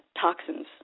toxins